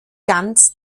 ganz